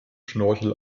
schnorchel